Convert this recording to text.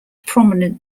prominent